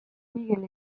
miguel